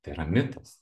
tai yra mitas